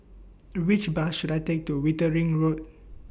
Which Bus should I Take to Wittering Road